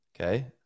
Okay